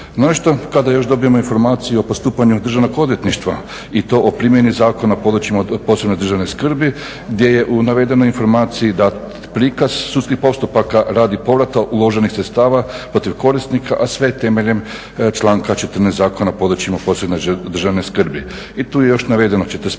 No očito, kada još dobijemo informaciju o postupanju Državnog odvjetništva i to o primjeni Zakona o područjima posebne državne skrbi gdje je u navedenoj informaciji dat prikaz sudskih postupaka radi povrata uloženih sredstava protiv korisnika, a sve temeljem članka 14. Zakona o područjima posebne državne skrbi. I tu je još navedeno 45